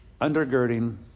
undergirding